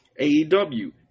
AEW